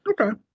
okay